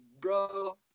bro